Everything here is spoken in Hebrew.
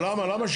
אבל למה,